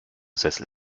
sessel